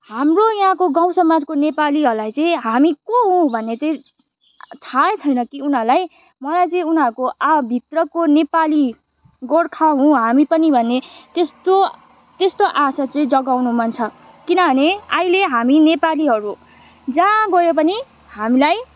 हाम्रो यहाँको गाउँ समाजको नेपालीहरूलाई चाहिँ हामी को हुँ भन्ने चाहिँ थाहै छैन कि उनीहरूलाई मलाई चाहिँ उनीहरूको आ भित्रको नेपाली गोर्खा हुँ हामी पनि भन्ने त्यस्तो त्यस्तो आशा चाहिँ जगाउनु मन छ किनभने अहिले हामी नेपालीहरू जहाँ गए पनि हामीलाई